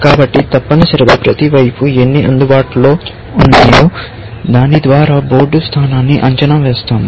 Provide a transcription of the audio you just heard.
కాబట్టి తప్పనిసరిగా ప్రతి వైపు ఎన్ని అందుబాటులో ఉన్నాయో దాని ద్వారా బోర్డు స్థానాన్ని అంచనా వేస్తాము